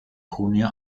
junio